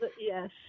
yes